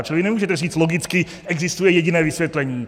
Čili nemůžete říct logicky, že existuje jediné vysvětlení.